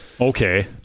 Okay